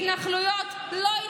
אפילו את לא מאמינה למה שאת קוראת.